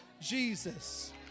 Jesus